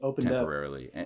temporarily